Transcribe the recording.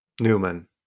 newman